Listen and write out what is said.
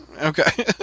Okay